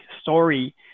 story